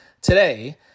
today